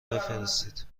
بفرستید